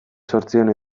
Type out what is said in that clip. zortziehun